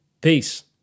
Peace